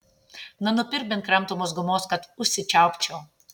na nupirk bent kramtomos gumos kad užsičiaupčiau